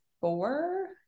four